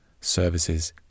services